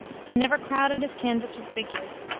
he never crowded his canvas with figures.